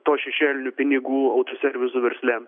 to šešėlinių pinigų autoservisų versle